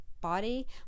Body